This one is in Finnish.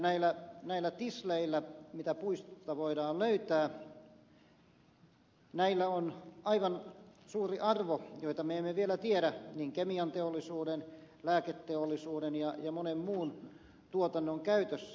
näillä tisleillä mitä puista voidaan löytää on aivan suuri arvo joita me emme vielä tiedä kemianteollisuuden lääketeollisuuden ja monen muun tuotannon käytössä